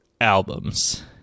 albums